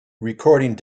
recording